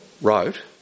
wrote